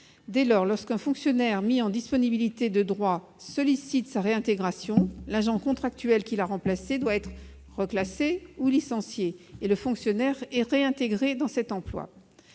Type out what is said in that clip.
Dès lors, lorsqu'un fonctionnaire mis en disponibilité de droit sollicite sa réintégration, l'agent contractuel qui l'a remplacé doit être reclassé ou licencié, et le fonctionnaire réintégré dans cet emploi.